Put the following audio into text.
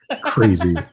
crazy